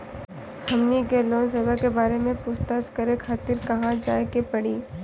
हमनी के लोन सेबा के बारे में पूछताछ करे खातिर कहवा जाए के पड़ी?